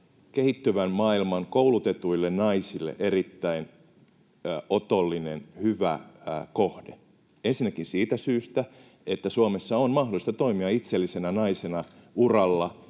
kehittyvän maailman koulutetuille naisille erittäin otollinen, hyvä kohde. Ensinnäkin siitä syystä, että Suomessa on mahdollista toimia itsellisenä naisena uralla